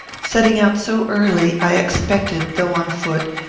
setting out so early, i expected, though on foot,